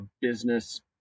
business